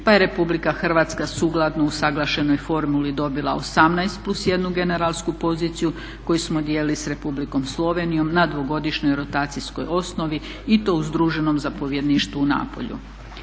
pa je Republika Hrvatska sukladno usuglašenoj formuli dobila 18+1 generalsku poziciju koju smo dijelili s Republikom Slovenijom na dvogodišnjoj rotacijskoj osnovi i to u združenom zapovjedništvu u Napulju.